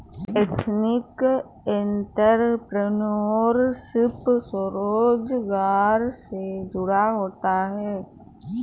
ethnic entrepreneurship स्वरोजगार से जुड़ा होता है